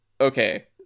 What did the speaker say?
okay